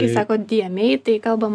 kai sakot dyemei tai kalbam